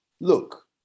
look